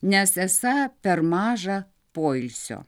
nes esą per maža poilsio